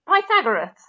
Pythagoras